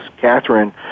Catherine